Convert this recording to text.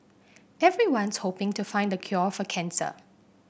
everyone's hoping to find the cure for cancer